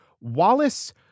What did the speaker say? Wallace